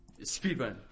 Speedrun